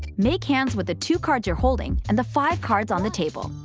make hands with the two cards you're holding and the five cards on the table.